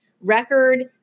record